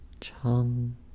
chum